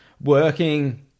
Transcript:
working